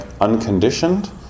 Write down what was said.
unconditioned